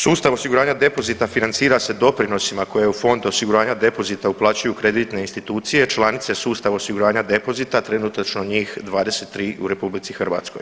Sustav osiguranja depozita financira se doprinosima koje u fond osiguranja depozita uplaćuju kreditne institucije, članice sustava osiguranja depozita trenutačno njih 23 u RH.